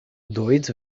dois